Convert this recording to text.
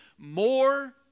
more